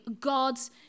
God's